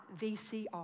VCR